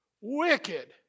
wicked